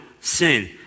sin